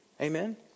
Amen